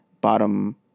bottom